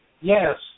Yes